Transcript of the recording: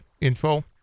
info